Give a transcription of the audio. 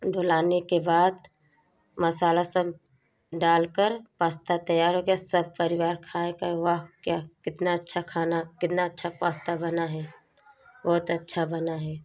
डोलाने के बाद मसाला सब डाल कर पास्ता तैयार हो गया सब परिवार खाए कहे वाह क्या कितना अच्छा खाना कितना अच्छा पास्ता बना है बहुत अच्छा बना है